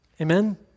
Amen